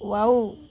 wow